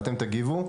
אתם תגיבו,